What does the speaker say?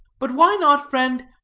but why not, friend,